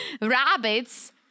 Rabbits